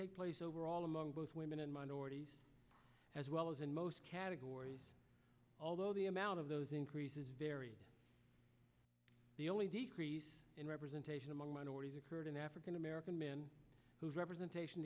increase overall among both women and minorities as well as in most categories although the amount of those increases the only decrease in representation among minorities occurred in african american men representation